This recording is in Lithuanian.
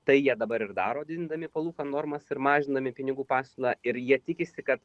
tai jie dabar ir daro didindami palūkanų normas ir mažindami pinigų pasiūlą ir jie tikisi kad